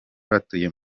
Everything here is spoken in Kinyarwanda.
batuye